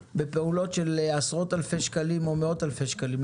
בפעולות של עשרות אלפי שקלים או מאות אלפי שקלים.